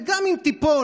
וגם אם תיפול,